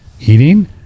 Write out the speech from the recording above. eating